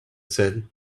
said